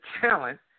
talent